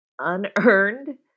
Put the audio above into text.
unearned